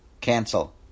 Cancel